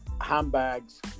handbags